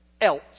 else